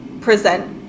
present